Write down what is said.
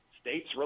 states